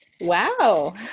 wow